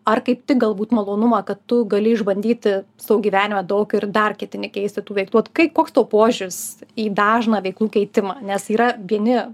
ar kaip tik galbūt malonumą kad tu gali išbandyti savo gyvenime daug ir dar ketini keisti tų veiktų ot kaip koks tavo požiūris į dažną veiklų keitimą nes yra vieni